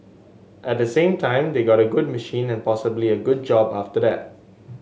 at the same time they got a good machine and possibly a good job after that